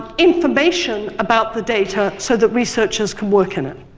information about the data so that researchers can work in it?